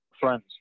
friends